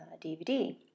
DVD